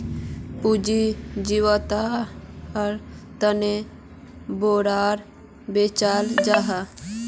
पूँजी जुत्वार तने बोंडोक बेचाल जाहा